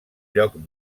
lloc